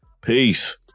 peace